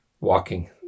walking